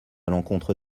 l’encontre